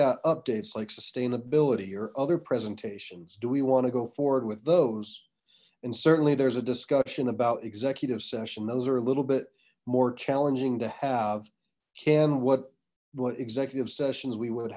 at updates like sustainability or other presentations do we want to go forward with those and certainly there's a discussion about executive session those are a little bit more challenging to have can what what executive sessions we would